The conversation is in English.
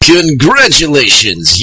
Congratulations